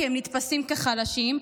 כי הם נתפסים כחלשים,